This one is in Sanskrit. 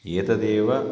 एतदेव